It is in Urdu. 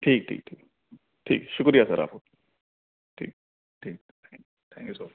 ٹھیک ٹھیک ٹھیک ٹھیک شکریہ سر آپ کا ٹھیک ٹھیک تھینک یو سر